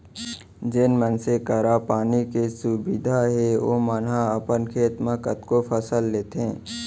जेन मनसे करा पानी के सुबिधा हे ओमन ह अपन खेत म कतको फसल लेथें